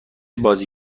بازی